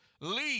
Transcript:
leave